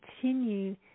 continue